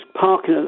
parking